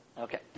Okay